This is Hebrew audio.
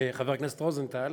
חבר הכנסת רוזנטל,